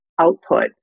output